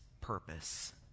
purpose